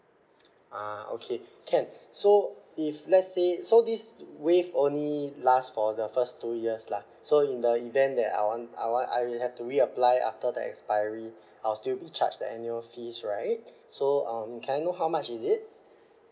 ah okay can so if let's say so this waive only last for the first two years lah so in the event that I want I wan~ I will have to reapply after the expiry I'll still be charged the annual fees right so um can I know how much is it